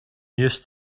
used